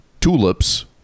tulips